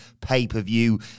pay-per-view